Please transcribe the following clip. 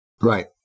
Right